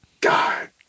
God